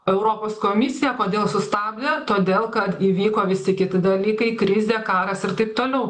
europos komisija kodėl sustabdė todėl kad įvyko visi kiti dalykai krizė karas ir taip toliau